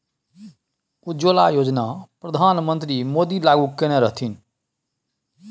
उज्जवला योजना परधान मन्त्री मोदी लागू कएने रहथिन